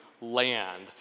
land